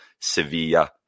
Sevilla